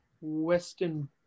Western